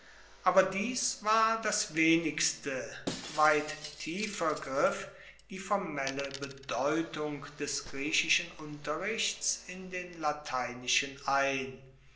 aber dies war das wenigste weit tiefer griff die formelle bedeutung des griechischen unterrichts in den lateinischen ein